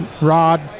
Rod